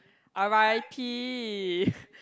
R_I_P